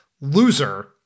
loser